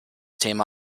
thema